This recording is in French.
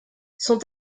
sont